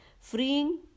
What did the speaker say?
freeing